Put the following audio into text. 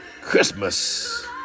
Christmas